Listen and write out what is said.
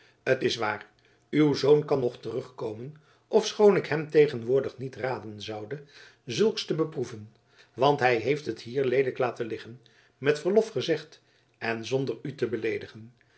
t is waar uw zoon kan nog terugkomen ofschoon ik hem tegenwoordig niet raden zoude zulks te beproeven want hij heeft het hier leelijk laten liggen met verlof gezegd en zonder u te beleedigen